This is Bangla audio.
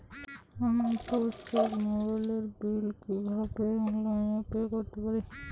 আমার পোস্ট পেইড মোবাইলের বিল কীভাবে অনলাইনে পে করতে পারি?